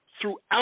throughout